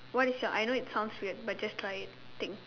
what is your I know it sounds weird but just try it think